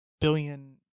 billion